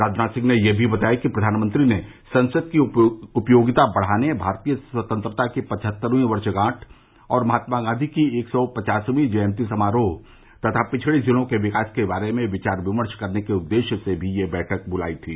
राजनाथ सिंह ने ये भी बताया कि प्रधानमंत्री ने संसद की उपयोगिता बढ़ाने भारतीय स्वतंत्रता की पचहतरवीं वर्षगांठ और महात्मा गांधी की एक सौ पचासवीं जयन्ती समारोह तथा पिछड़े जिलों के विकास के बारे में विचार विमर्श करने के उद्देश्य से भी यह बैठक बुलायी थी